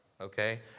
okay